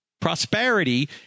Prosperity